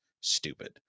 stupid